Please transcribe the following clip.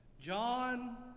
John